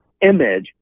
image